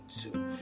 two